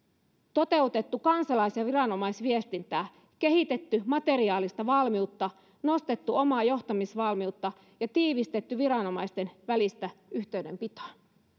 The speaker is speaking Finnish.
toteutettu kansalais ja viranomaisviestintää kehitetty materiaalista valmiutta nostettu omaa johtamisvalmiutta ja tiivistetty viranomaisten välistä yhteydenpitoa